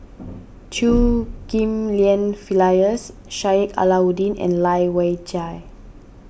Chew Ghim Lian Phyllis Sheik Alau'ddin and Lai Weijie